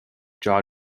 jaw